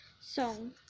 song